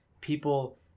People